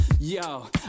Yo